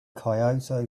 kyoto